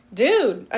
dude